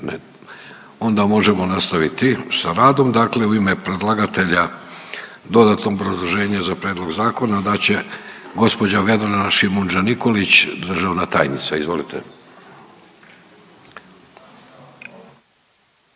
onda možemo nastaviti sa radom. Dakle, u ime predlagatelja dodatno obrazloženje za prijedlog zakona dat će gospođa Vedrana Šimundža Nikolić državna tajnica. Izvolite.